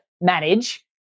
manage